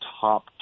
top